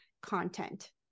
content